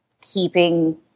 keeping